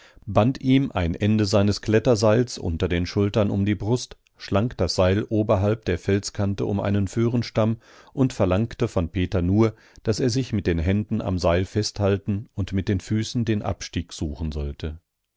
band ihm ein ende seines kletterseils unter den schultern um die brust schlang das seil oberhalb der felskante um einen föhrenstamm und verlangte von peter nur daß er sich mit den händen am seil festhalten und mit den füßen den abstieg suchen sollte